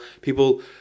People